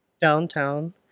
downtown